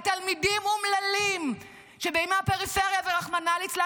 לתלמידים אומללים שבאים מהפריפריה ורחמנא ליצלן